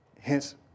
hence